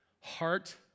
heart